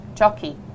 jockey